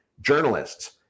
journalists